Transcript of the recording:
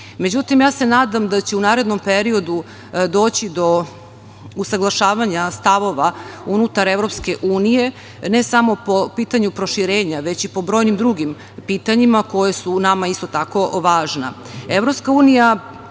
proširenju. Ja se nadam da će u narednom periodu doći do usaglašavanja stavova unutar EU, ne samo po pitanju proširenja, već i po brojnim drugim pitanjima koja su nama isto tako